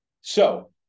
So-